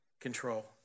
control